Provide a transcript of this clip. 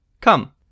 Come